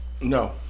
No